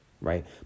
right